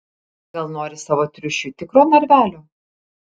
gal nori savo triušiui tikro narvelio